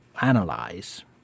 analyze